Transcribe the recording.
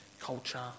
culture